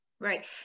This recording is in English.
Right